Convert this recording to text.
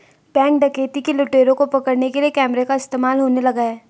Bank डकैती के लुटेरों को पकड़ने के लिए कैमरा का इस्तेमाल होने लगा है?